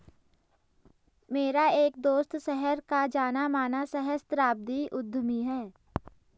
मेरा एक दोस्त शहर का जाना माना सहस्त्राब्दी उद्यमी है